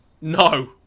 No